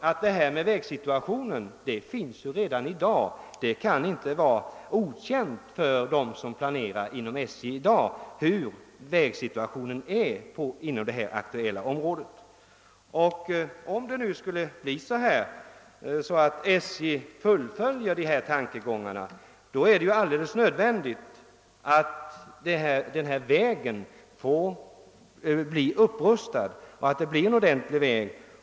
Problemen med vägsituationen finns ju redan i dag; det kan därför inte vara okänt för dem som nu planerar inom SJ hurudan vägsituationen är inom det här aktuella området. Om det nu skulle bli så, att SJ fullföljer dessa tankegångar, är det alldeles nödvändigt att denna väg blir upprustad, så att vi får en ordentlig väg.